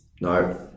No